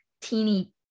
teeny